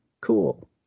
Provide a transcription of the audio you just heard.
Cool